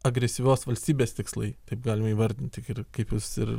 agresyvios valstybės tikslai taip galime įvardinti ir kaip jūs ir